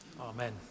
Amen